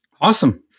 Awesome